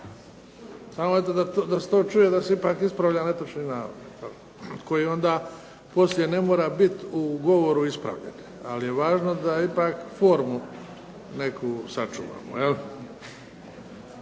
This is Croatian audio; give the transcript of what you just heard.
eto da se to čuje da se ipak ispravlja netočni navod, koji onda poslije ne mora bit u govoru ispravljen, ali je važno da ipak formu neku sačuvamo